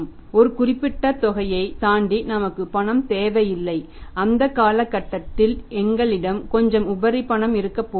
ஒரு குறிப்பிட்ட தொகையைத் தாண்டி நமக்கு பணம் தேவையில்லை அந்தக் காலகட்டத்தில் எங்களிடம் கொஞ்சம் உபரி பணம் இருக்கப் போகிறது